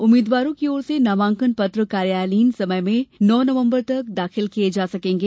उम्मीदवारों की ओर से नामांकनपत्र कार्यालयीन समय में नौ नवंबर तक दाखिल किए जा सकेंगे